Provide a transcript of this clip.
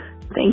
Thank